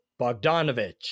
Bogdanovich